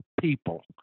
people